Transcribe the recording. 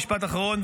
משפט אחרון.